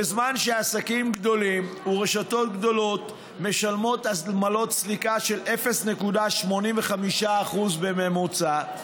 בזמן שעסקים גדולים ורשתות גדולות משלמים עמלות סליקה של 0.85% בממוצע,